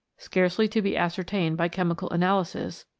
scarcely to be ascertained by chemical analysis,